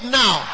now